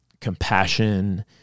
compassion